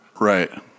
Right